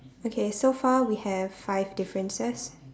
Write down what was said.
okay so far we have five differences